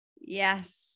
yes